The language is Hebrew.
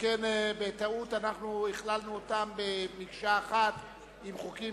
שכן בטעות הכללנו אותם במקשה אחת עם חוקים